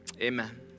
Amen